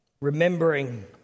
Remembering